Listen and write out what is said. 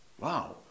Wow